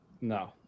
No